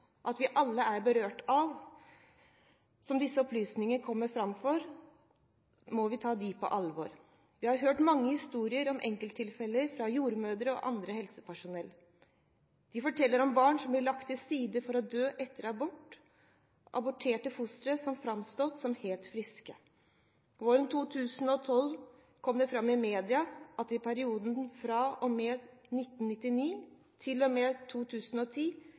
jeg vi alle er berørt av de opplysningene som har kommet fram. Disse må vi ta på alvor. Vi har hørt mange historier om enkelttilfeller fra jordmødre og annet helsepersonell. De forteller om barn som blir lagt til side for å dø etter abort – aborterte fostre som har framstått som helt friske. Våren 2012 kom det fram i mediene at det i perioden fra og med 1999 til og med 2010